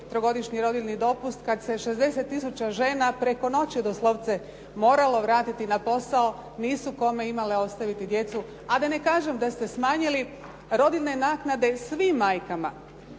trogodišnji rodiljni dopust kad se 60 tisuća žena preko noći doslovce moralo vratiti na posao nisu kome imale ostaviti djecu, a da ne kažem da ste smanjili rodiljne naknade svim majkama